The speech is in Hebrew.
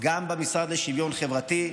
גם במשרד לשוויון חברתי,